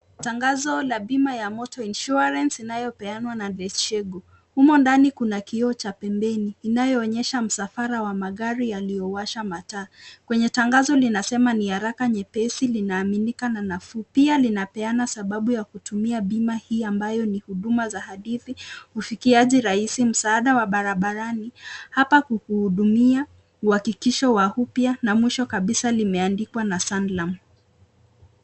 Tangazo ya bima la Moto insurance inayopeanwa na letshego ,humo ndani kuna kioo cha pembeni inayoonyesha msafara wa magari iliyowasha mataa, kwenye tangazo linasema ni haraka nyepesi linaamimika na nafuu, pia linapeana Sababu ya kutumia bima hii ambayo ni huduma za hadithi ufikiaje rahisi msaada ya barabarani, hapa kuhudumia kuhakikisha wa upya na mwisho kabisaa limeandikwa na sanlam.